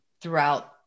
throughout